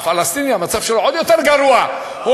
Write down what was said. הפלסטיני, המצב שלו עוד יותר גרוע, לא.